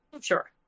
Sure